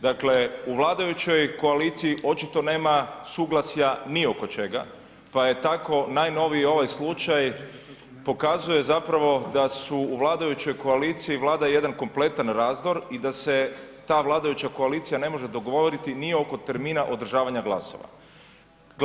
Dakle, u vladajućoj koaliciji očito nema suglasja ni oko čega pa je tako najnoviji ovaj slučaj pokazuje zapravo da su u vladajućoj koaliciji vlada jedan kompletan razdor i da se ta vladajuća koalicija ne može dogovoriti ni oko termina održavanja glasovanja.